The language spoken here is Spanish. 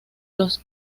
los